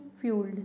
fueled